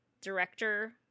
director